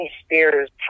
Spears